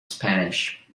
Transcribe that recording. spanish